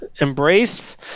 embraced